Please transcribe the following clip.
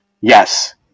Yes